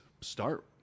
start